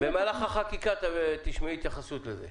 במהלך החקיקה תשמעי התייחסות לזה.